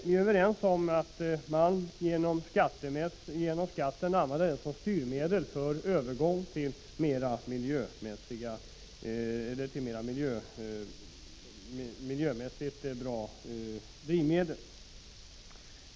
Vi är överens om att använda skatten som styrmedel för övergång till miljömässigt bättre drivmedel.